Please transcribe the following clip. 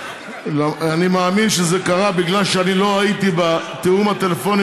אני מאמין שזה קרה כי אני לא הייתי בתיאום הטלפוני,